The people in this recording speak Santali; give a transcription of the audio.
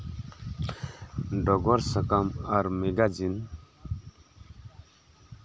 ᱰᱚᱜᱚᱨ ᱥᱟᱠᱟᱢ ᱟᱨ ᱢᱮᱜᱟᱡᱤᱱ